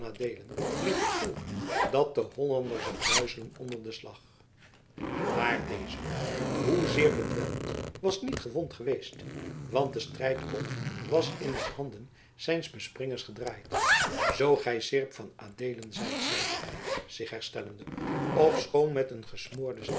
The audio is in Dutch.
riep het volk dat den hollander zag duizelen onder den slag maar deze hoezeer bedwelmd was niet gewond geweest want de strijdkolf was in de handen zijns bespringers gedraaid zoo gij seerp van adeelen zijt zeide hij zich herstellende ofschoon met een